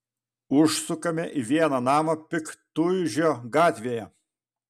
užsukame į vieną namą piktuižio gatvėje